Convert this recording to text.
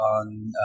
on